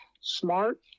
smart